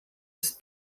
ist